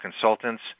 consultants